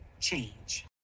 change